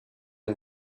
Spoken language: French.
les